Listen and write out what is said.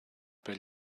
per